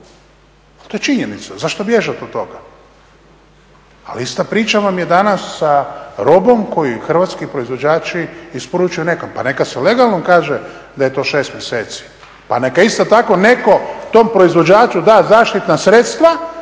To je činjenica. Zašto bježat od toga? Ali ista priča vam je danas sa robom koju hrvatski proizvođači isporučuju nekom. Pa neka se legalno kaže da je to 6 mjeseci, pa neka isto tako netko tom proizvođaču da zaštitna sredstva